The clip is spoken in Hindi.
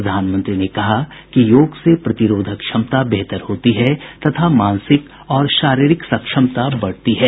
प्रधानमंत्री ने कहा कि योग से प्रतिरोधक क्षमता बेहतर होती है तथा मानसिक और शारीरिक समक्षता बढ़ती है